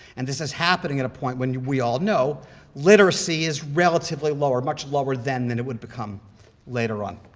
and this is happening at a point when we all know literacy is relatively lower, much lower then than it would become later on.